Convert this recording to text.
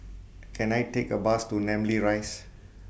Can I Take A Bus to Namly Rise